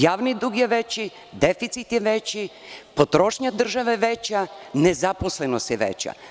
Javni dug je veći, deficit je veći, potrošnja države je veća, nezaposlenost je veća.